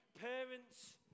Parents